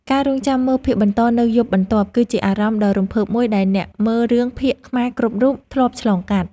ការរង់ចាំមើលភាគបន្តនៅយប់បន្ទាប់ គឺជាអារម្មណ៍ដ៏រំភើបមួយដែលអ្នកមើលរឿងភាគខ្មែរគ្រប់រូបធ្លាប់ឆ្លងកាត់។